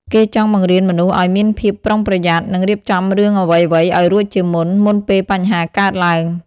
គេចង់បង្រៀនមនុស្សឲ្យមានភាពប្រុងប្រយ័ត្ន និងរៀបចំរឿងអ្វីៗឲ្យរួចជាមុន មុនពេលបញ្ហាកើតឡើង។